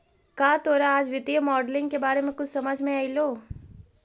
का तोरा आज वित्तीय मॉडलिंग के बारे में कुछ समझ मे अयलो?